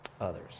others